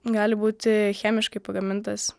gali būti chemiškai pagamintas